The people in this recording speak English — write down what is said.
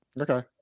Okay